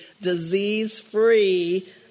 disease-free